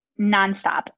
nonstop